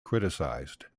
criticized